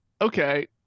okay